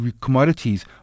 commodities